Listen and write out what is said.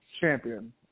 champion